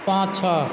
पाछाँ